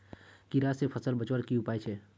कीड़ा से फसल बचवार की उपाय छे?